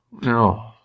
No